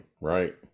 right